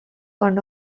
one